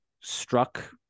struck